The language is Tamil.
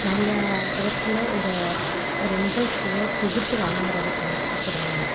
நிறையா இடத்துல ஒரு ஒரு நிகழ்ச்சியை தொகுத்து வழங்கிறதுக்கு என்னையை கூப்பிட்றாங்க